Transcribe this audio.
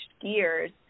gears